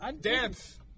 Dance